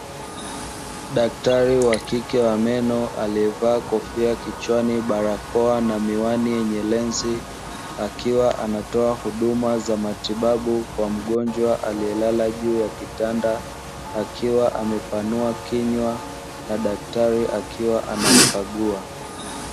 Daktari wa kike wa meno aliyevaa kofia kichwani, barakoa na miwani yenye lenzi; akiwa anatoa huduma za matibabu kwa mgonjwa aliyelala juu ya kitanda, akiwa amepanua kinywa na daktari akiwa anamkagua.